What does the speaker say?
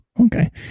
okay